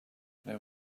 there